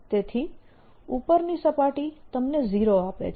તેથી ઉપરની સપાટી તમને 0 આપે છે